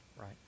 Right